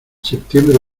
septiembre